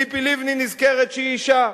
ציפי לבני נזכרת שהיא אשה.